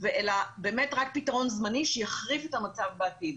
אלא רק פתרון זמני שיחריף את המצב בעתיד.